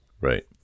right